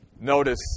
Notice